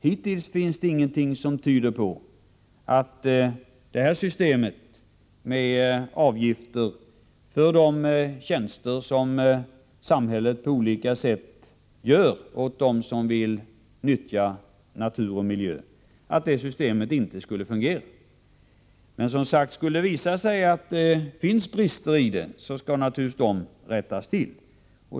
Hittills finns det ingenting som tyder på att detta system med avgifter för de tjänster som samhället på olika sätt gör åt dem som vill utnyttja natur och miljö inte skulle fungera. Men, som sagt, skulle det visa sig att det finns brister i systemet skall dessa naturligtvis rättas till.